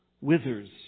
withers